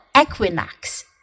Equinox